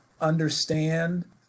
understand